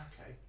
okay